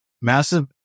massive